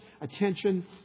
attention